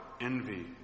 envy